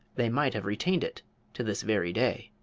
they might have retained it to this very day.